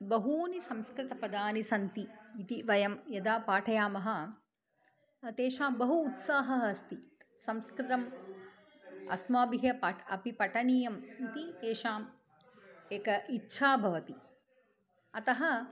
बहूनि संस्कृतपदानि सन्ति इति वयं यदा पाठयामः तेषां बहु उत्साहः अस्ति संस्कृतम् अस्माभिः प अपि पठनीयम् इति तेषां एका इच्छा भवति अतः